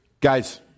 Guys